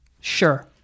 Sure